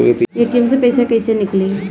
ATM से पइसा कइसे निकली?